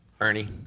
Ernie